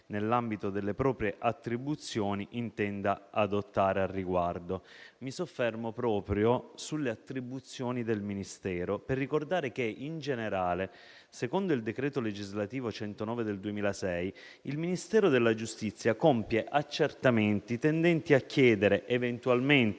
nell'ambito delle proprie attribuzioni, intenda adottare al riguardo. Mi soffermo proprio sulle attribuzioni del Ministero per ricordare che, in generale, secondo il decreto legislativo n. 109 del 2006 il Ministero della giustizia compie accertamenti tendenti a chiedere eventualmente